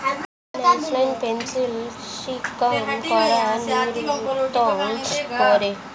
National pension scheme কারা নিয়ন্ত্রণ করে?